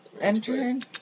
Entering